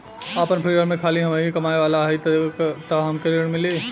आपन परिवार में खाली हमहीं कमाये वाला हई तह हमके ऋण मिली?